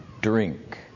Drink